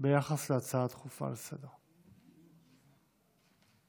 ההצעה הדחופה לסדר-היום.